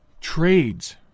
Trades